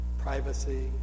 privacy